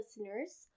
listeners